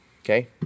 okay